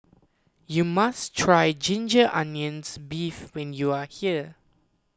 you must try Ginger Onions Beef when you are here